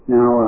Now